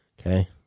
Okay